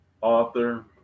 author